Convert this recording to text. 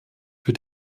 für